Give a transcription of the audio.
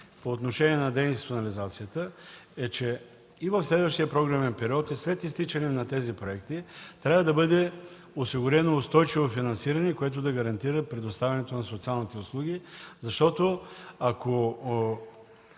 по отношение на деинституционализацията, е, че в следващия програмен период и след изтичане на тези проекти трябва да бъде осигурено устойчиво финансиране, което да гарантира предоставянето на социалните услуги. Защото, ако